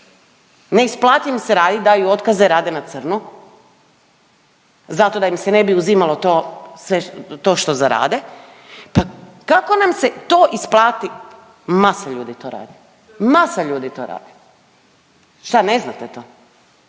ne isplati im se radit daju otkaze, rade na crno zato da im se ne bi uzimalo to sve to što zarade, pa kako nam se to isplati? Masa ljudi to radi, masa ljudi to radi. Šta ne znate to?